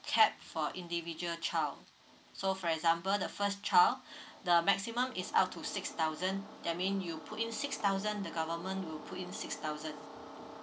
cap for individual child so for example the first child the maximum is up to six thousand that mean you put in six thousand the government will put in six thousand